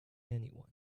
anyone